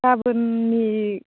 गाबोननि